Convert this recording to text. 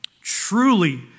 Truly